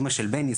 אמא של בני,